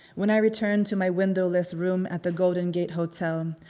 when i return to my windowless room at the golden gate hotel,